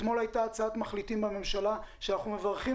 אתמול הייתה הצעת מחליטים בממשלה שאנחנו מברכים